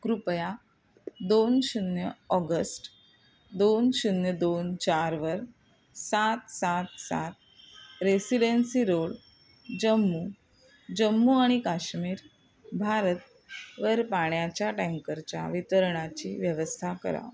कृपया दोन शून्य ऑगस्ट दोन शून्य दोन चारवर सात सात सात रेसिडेन्सी रोड जम्मू जम्मू आणि काश्मीर भारत वर पाण्याच्या टँकरच्या वितरणाची व्यवस्था करा